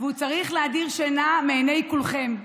והוא צריך להדיר שינה מעיני כולכם,